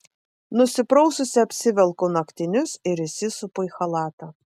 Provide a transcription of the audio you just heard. nusipraususi apsivelku naktinius ir įsisupu į chalatą